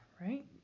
right